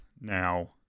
now